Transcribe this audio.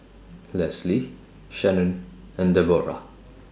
Lesli Shanon and Debora